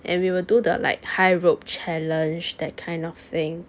and we will do the like high rope challenge that kind of thing